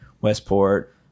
Westport